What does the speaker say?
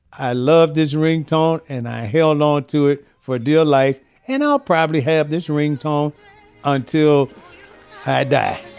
i love this ringtone and i held onto it for dear life and i'll probably have this ringtone until i die.